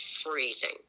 freezing